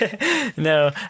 No